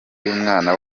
y’umwana